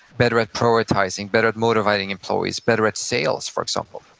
better at prioritizing, better at motivating employees, better at sales for example